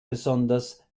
besonders